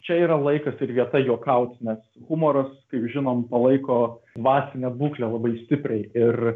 čia yra laikas ir vieta juokauti nes humoras kaip žinom palaiko dvasinę būklę labai stipriai ir